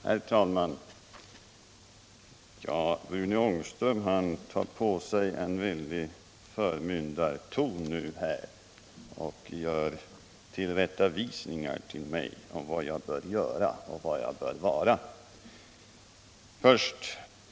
Herr talman! Rune Ångström talar med en förmyndaraktig ton och tillrättavisar mig om vad jag bör göra och var jag bör vara.